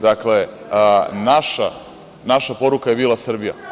Dakle, naša poruka je bila Srbija.